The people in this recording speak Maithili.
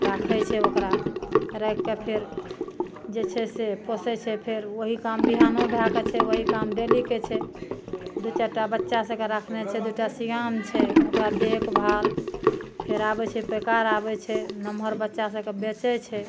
राखै छै ओकरा राखि कए फेर जे छै से पोसै छै फेर ओहि काम बिहानो भए कए छै ओ काम डेलीके छै दु चारि टा बच्चा सब के राखने छै दू टा सियान छै ओकरा देख भाल फेर आबै छै पैकार आबै छै नमहर बच्चा सबके बेचै छै